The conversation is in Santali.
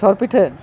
ᱪᱷᱚᱨ ᱯᱤᱴᱷᱟᱹ